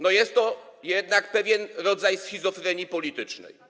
No jest to jednak pewien rodzaj schizofrenii politycznej.